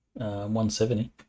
170